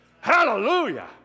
Hallelujah